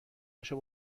پاشو